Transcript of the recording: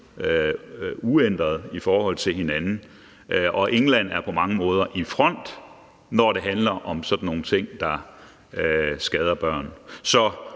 måder næsten på samme måde, og England er på mange måder i front, når det handler om sådan nogle ting, der skader børn.